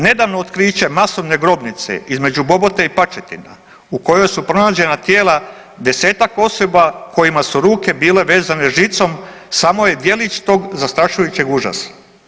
Nedavno otkriće masovne grobnice između Bobote i Pačetina u kojoj su pronađena tijela 10-tak osoba kojima su ruke bile vezane žicom, samo je djelić tog zastrašujućeg užasa.